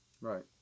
Right